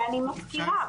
ואני מזכירה,